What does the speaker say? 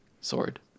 sword